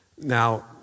Now